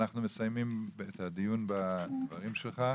אנחנו מסיימים את הדיון בדברים שלך.